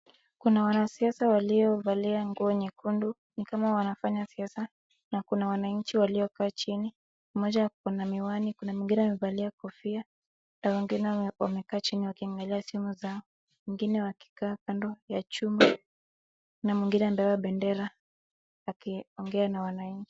Kuna wanasiasa waliovalia nguo nyekundu, ni kama wanafanya siasa, na kuna wananchi waliokaa chini, mmoja akona miwani kuna mwingine amevalia kofia, kuna wengine wamekaa chini wakiangalia simu zao, wengine wakikaa kando ya chuma, na mwingine amebeba bendera akiongea na wananchi.